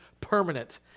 permanent